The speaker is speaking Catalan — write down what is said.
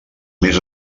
més